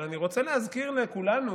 אבל אני רוצה להזכיר לכולנו